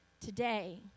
Today